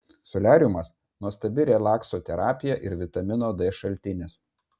soliariumas nuostabi relakso terapija ir vitamino d šaltinis